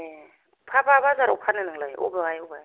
ए फा बाजाराव फानो नोंलाय अबेहाय अबेहाय